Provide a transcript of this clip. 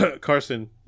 Carson